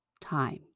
time